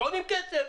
חוקים שעולים כסף.